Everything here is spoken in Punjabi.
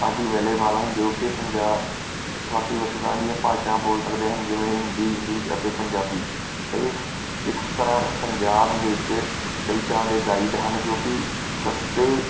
ਆਦਿ ਅਵੇਲੇਬਲ ਹਨ ਜੋ ਕਿ ਪੰਜਾਬ ਵੱਖਰੀ ਵੱਖਰੀ ਤਰ੍ਹਾਂ ਦੀਆਂ ਭਾਸ਼ਾ ਬੋਲ ਸਕਦੇ ਹਨ ਜਿਵੇਂ ਹਿੰਦੀ ਇੰਗਲਿਸ਼ ਅਤੇ ਪੰਜਾਬੀ ਇਸ ਇਸ ਤਰ੍ਹਾਂ ਪੰਜਾਬ ਵਿੱਚ ਕਈ ਤਰ੍ਹਾਂ ਦੇ ਗਾਈਡ ਹਨ ਜੋ ਕਿ ਸਸਤੇ